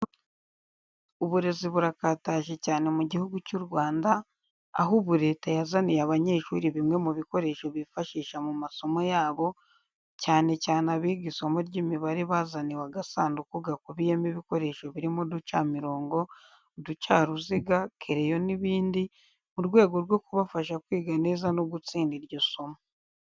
Uburezi burakataje cyane mu Gihugu cy'u Rwanda, aho ubu Leta yazaniye abanyeshuri bimwe mu bikoresho bifashisha mu masomo yabo cyane cyane abiga isomo ry'imibare bazaniwe agasanduku gakubiyemo ibikoresho birimo uducamirongo, uducaruziga, kereyo n'ibindi, mu rwego rwo kubafasha kwiga neza no gutsinda iryo somo.